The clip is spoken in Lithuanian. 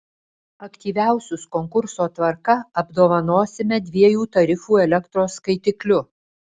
aktyviausius konkurso tvarka apdovanosime dviejų tarifų elektros skaitikliu